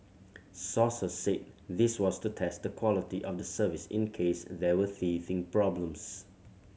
sources said this was to test the quality of the service in case there were teething problems